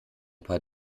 paar